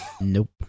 Nope